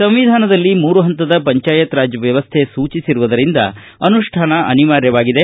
ಸಂವಿಧಾನದಲ್ಲಿ ಮೂರು ಹಂತದ ಪಂಚಾಯತರಾಜ್ ವ್ಯವಸ್ಥೆ ಸೂಚಿಸಿರುವುದರಿಂದ ಅನುಷ್ಠಾನ ಅನಿವಾರ್ಯವಾಗಿದೆ